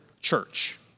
church